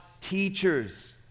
teachers